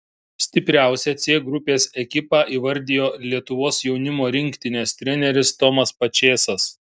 stipriausią c grupės ekipą įvardijo lietuvos jaunimo rinktinės treneris tomas pačėsas